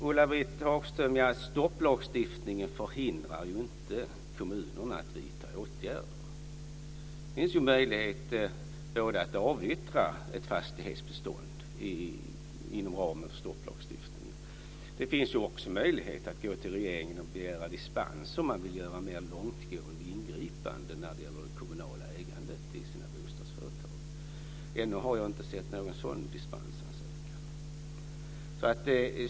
Ulla-Britt Hagström, stopplagstiftningen förhindrar ju inte kommunerna att vidta åtgärder. Det finns möjligheter att avyttra ett fastighetsbestånd inom ramen för stopplagstiftningen. Det finns också möjligheter att begära dispens hos regeringen om man vill göra ett mer långtgående ingripande när det gäller det kommunala ägandet i bostadsföretagen. Ännu har jag inte sett någon sådan dispensansökan.